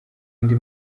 undi